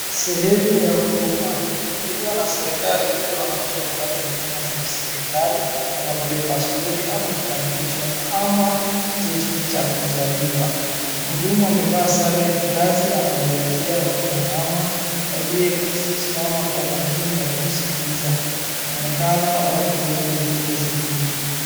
Sehemu ya huduma. Ilifunguliw na serikali ili wananchi wapate huduma za kiserikali kma vile paspoti ama kitambulisho ama cheti cha kuzaliwa. Mhudumu amevaa sare ya kikazi anaelezea akina mama wakisimama Kwa umakini wakimaikiliza. Inaonekana watu wengi wamekuja kwa sehemu hii.